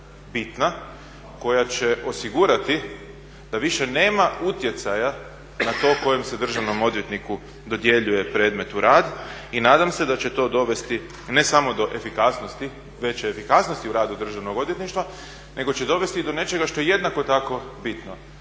bitna koja će osigurati da više nema utjecaja na to kojem se državnom odvjetniku dodjeljuje predmet u rad i nadam se da će to dovesti ne samo do efikasnosti veće efikasnosti u radu državnog odvjetništva nego će dovesti do nečega što je jednako tako bitno,